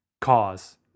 cause